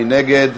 מי נגד?